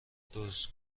درست